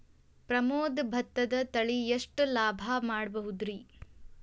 ಪ್ರಮೋದ ಭತ್ತದ ತಳಿ ಎಷ್ಟ ಲಾಭಾ ಮಾಡಬಹುದ್ರಿ?